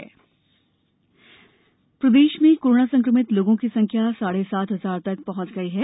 corona प्रदेश प्रदेश में कोरोना संक्रमित लोगों की संख्या साढ़े सात हजार तक पहृंच गई है